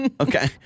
okay